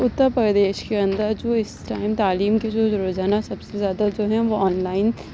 اتر پردیش کے اندر جو اس ٹائم تعلیم کی جو روزانہ سب سے زیادہ جو ہیں وہ آن لائن